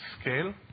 scale